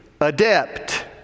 adept